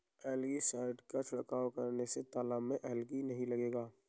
algae side का छिड़काव करने से तालाब में एलगी नहीं लगेगा